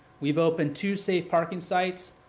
we've opened two safe parking sites,